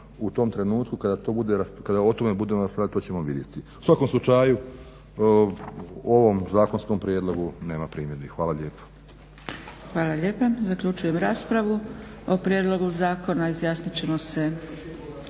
u tom trenutku kada o tome budemo raspravljali, to ćemo vidjeli. U svakom slučaju, o ovom zakonskom prijedlogu nemamo primjedbi. Hvala lijepa. **Zgrebec, Dragica (SDP)** Hvala lijepa. Zaključujem raspravu. O prijedlogu zakona izjasnit ćemo se